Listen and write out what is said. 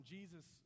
Jesus